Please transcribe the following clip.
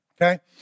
okay